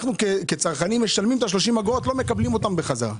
אנחנו כצרכנים משלמים את ה-30 אגורות - לא מקבלים חזרה.